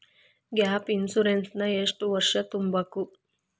Gap insurance ನ ಎಷ್ಟ್ ವರ್ಷ ತುಂಬಕು?